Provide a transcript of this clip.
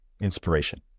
Inspiration